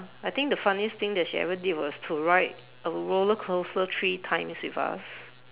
I think the funniest thing that she ever did was to ride a roller coaster three times with us